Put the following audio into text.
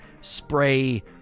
spray